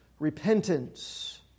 Repentance